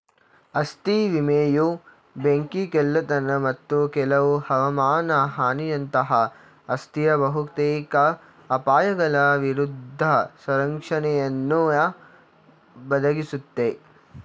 ಆಸ್ತಿ ವಿಮೆಯು ಬೆಂಕಿ ಕಳ್ಳತನ ಮತ್ತು ಕೆಲವು ಹವಮಾನ ಹಾನಿಯಂತಹ ಆಸ್ತಿಯ ಬಹುತೇಕ ಅಪಾಯಗಳ ವಿರುದ್ಧ ಸಂರಕ್ಷಣೆಯನ್ನುಯ ಒದಗಿಸುತ್ತೆ